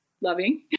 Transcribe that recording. loving